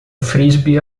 frisbee